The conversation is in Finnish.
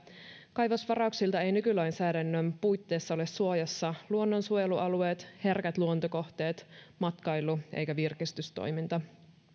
kaivosvarauksilta eivät nykylainsäädännön puitteissa ole suojassa luonnonsuojelualueet herkät luontokohteet matkailu eikä virkistystoiminta